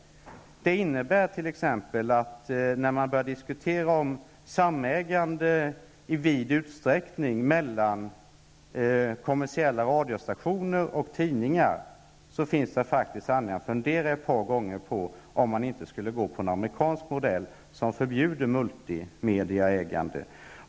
Den innebär t.ex. att när man börjar diskutera om samägande i vid utsträckning mellan kommersiella radiostationer och tidningar, så finns det anledning att fundera ett par gånger på om man inte skulle gå på en amerikansk modell, som förbjuder multimediaägande.